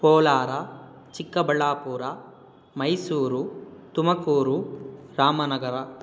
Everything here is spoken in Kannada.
ಕೋಲಾರ ಚಿಕ್ಕಬಳ್ಳಾಪುರ ಮೈಸೂರು ತುಮಕೂರು ರಾಮನಗರ